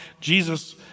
Jesus